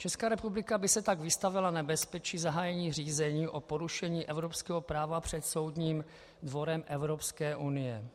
Česká republika by se tak vystavila nebezpečí zahájení řízení o porušení evropského práva před Soudním dvorem Evropské unie.